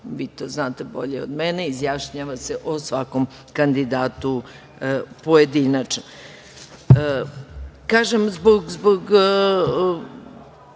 vi to znate bolje od mene izjašnjava se o svakom kandidatu pojedinačno. Kažem zbog